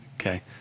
okay